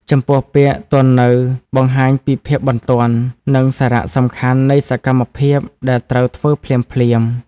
ចំពោះពាក្យ ទាន់នៅ បង្ហាញពីភាពបន្ទាន់ និងសារៈសំខាន់នៃសកម្មភាពដែលត្រូវធ្វើភ្លាមៗ។